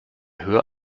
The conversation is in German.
höher